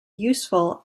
useful